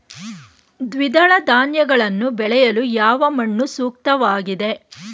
ದ್ವಿದಳ ಧಾನ್ಯಗಳನ್ನು ಬೆಳೆಯಲು ಯಾವ ಮಣ್ಣು ಸೂಕ್ತವಾಗಿದೆ?